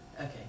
Okay